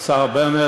השר בנט,